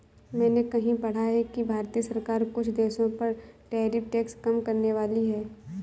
मैंने कहीं पढ़ा है कि भारतीय सरकार कुछ देशों पर टैरिफ टैक्स कम करनेवाली है